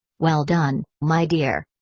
well done, my dear.